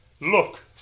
Look